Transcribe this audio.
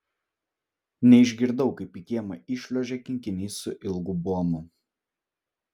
neišgirdau kaip į kiemą įšliuožė kinkinys su ilgu buomu